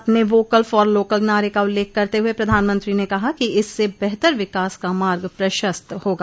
अपने vocal for local नारे का उल्लख करते हुए प्रधानमंत्री ने कहा कि इससे बेहतर विकास का मार्ग प्रशस्त होगा